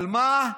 אבל מה?